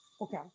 Okay